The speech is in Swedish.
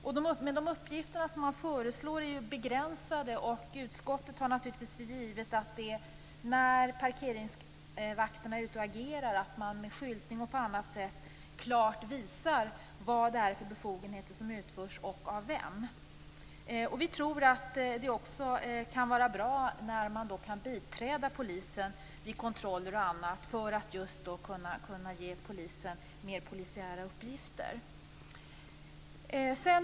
Men de uppgifter som föreslås är begränsade, och utskottet tar naturligtvis för givet att man, när parkeringsvakterna agerar, med skyltar och på annat sätt klart visar vad det är för arbete som utförs och av vem. Vi tror att det är bra att man kan biträda polisen vid kontroller och annat, så att man just kan ge polisen mer polisiära uppgifter.